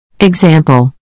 Example